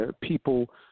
people